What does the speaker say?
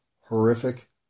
horrific